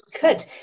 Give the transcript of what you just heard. good